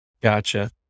Gotcha